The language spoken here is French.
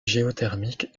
géothermique